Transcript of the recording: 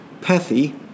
pathy